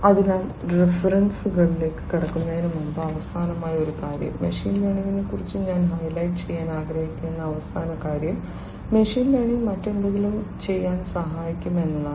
അതിനാൽ റഫറൻസുകളിലേക്ക് കടക്കുന്നതിന് മുമ്പ് അവസാനമായി ഒരു കാര്യം മെഷീൻ ലേണിംഗിനെക്കുറിച്ച് ഞാൻ ഹൈലൈറ്റ് ചെയ്യാൻ ആഗ്രഹിക്കുന്ന അവസാന കാര്യം മെഷീൻ ലേണിംഗ് മറ്റെന്തെങ്കിലും ചെയ്യാൻ സഹായിക്കും എന്നതാണ്